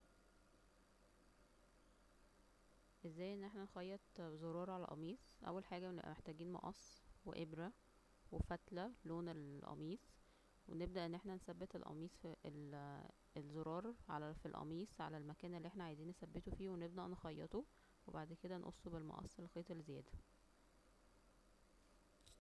ازاى ان احنا نخيط زرار على القميص, اول حاجة بنبقى محتاجين مقص وفتلة وابرة لون القميص, ونبدا ان احنا نثبت القميص- الزرار على القميص على المكان اللى احنا عايزين نثبته فيه ونبدا نخيطه, وبعد كدا نقصه بالمقص الخيط الزيادة